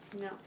No